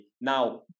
Now